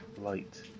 light